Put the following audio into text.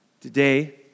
Today